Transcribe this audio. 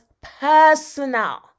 personal